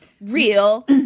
real